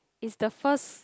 is the first